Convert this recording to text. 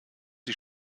die